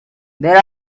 there